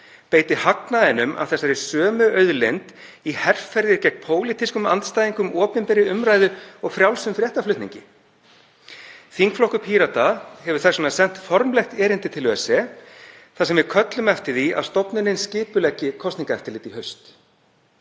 beiti hagnaðinum af þessari sömu auðlind í herferðir gegn pólitískum andstæðingum, opinberri umræðu og frjálsum fréttaflutningi. Þingflokkur Pírata hefur þess vegna sent formlegt erindi til ÖSE þar sem við köllum eftir því að stofnunin skipuleggi kosningaeftirlit í haust.